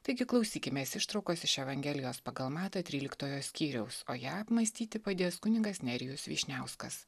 taigi klausykimės ištraukos iš evangelijos pagal matą tryliktojo skyriaus o ją mąstyti padės kunigas nerijus vyšniauskas